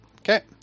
Okay